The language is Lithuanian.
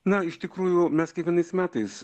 na iš tikrųjų mes kiekvienais metais